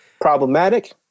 Problematic